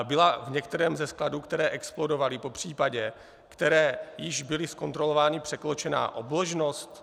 Byla v některém ze skladů, které explodovaly, popřípadě které již byly zkontrolovány, překročená obložnost?